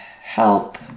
help